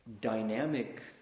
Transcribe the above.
dynamic